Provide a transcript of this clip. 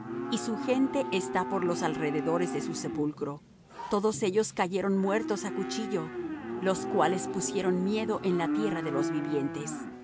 y su gente está por los alrededores de su sepulcro todos ellos cayeron muertos á cuchillo los cuales pusieron miedo en la tierra de los vivientes